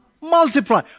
Multiply